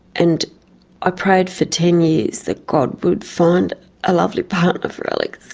and i prayed for ten years that god would find a lovely partner for alex,